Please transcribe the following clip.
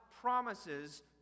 promises